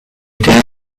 dare